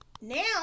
now